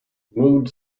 mood